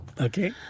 Okay